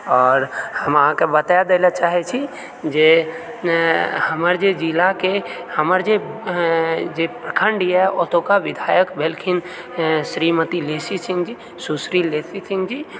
आओर हम अहाँकेँ बताए दै लेल चाहैत छी जे हमर जे जिलाके हमर जे जे प्रखण्ड यए ओतुका विधायक भेलखिन श्रीमती लेसी सिंह जी सुश्री लेसी सिंह जी